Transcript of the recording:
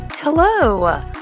Hello